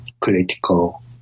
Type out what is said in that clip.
critical